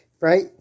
right